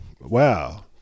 wow